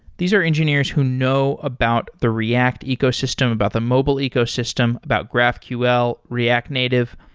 these are engineers who know about the react ecosystem, about the mobile ecosystem, about graphql, react native.